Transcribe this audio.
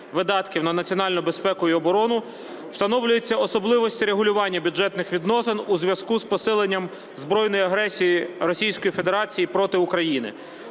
на національну безпеку і оборону встановлюється особливості регулювання бюджетних відносин у зв'язку з посиленням збройної агресії Російської Федерації проти України.